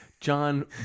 John